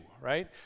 right